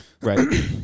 Right